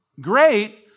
great